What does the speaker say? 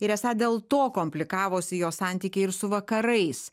ir esą dėl to komplikavosi jo santykiai ir su vakarais